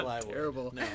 terrible